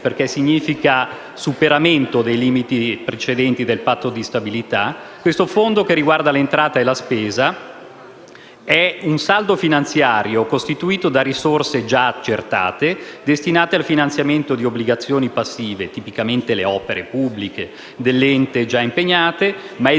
perché significa superamento dei limiti precedenti del Patto di stabilità. Questo fondo, che riguarda l'entrata e la spesa, è un saldo finanziario costituito da risorse accertate destinate al finanziamento di obbligazioni passive (tipicamente le opere pubbliche dell'ente già impegnate) ma esigibili